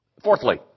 Fourthly